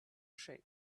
shape